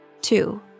Two